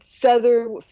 feather